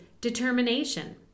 determination